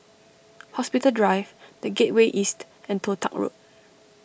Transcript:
Hospital Drive the Gateway East and Toh Tuck Road